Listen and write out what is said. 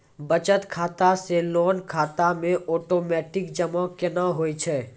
बचत खाता से लोन खाता मे ओटोमेटिक जमा केना होय छै?